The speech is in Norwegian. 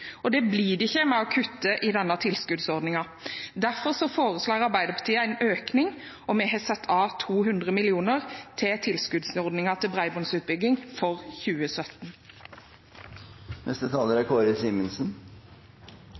muligheter. Det blir det ikke ved å kutte i denne tilskuddsordningen. Derfor foreslår Arbeiderpartiet en økning. Vi har satt av 200 mill. kr til tilskuddsordningen for bredbåndsutbygging i 2017. Samferdselsdebattene her på Stortinget er